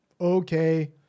okay